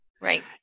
Right